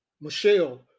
Michelle